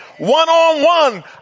One-on-one